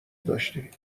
داشتی